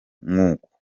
nk’uko